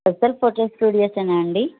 profile photo స్టూడియోసేనా అండి